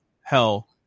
hell